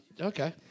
Okay